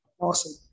Awesome